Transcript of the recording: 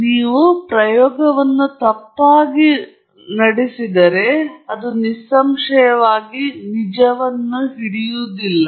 ನೀವು ಪ್ರಯೋಗವನ್ನು ತಪ್ಪಾಗಿ ಓಡಿಸಿದರೆ ಅದು ನಿಸ್ಸಂಶಯವಾಗಿ ಇದು ನಿಜವನ್ನು ಹಿಡಿದಿಡುವುದಿಲ್ಲ